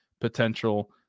Potential